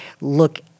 look